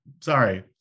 Sorry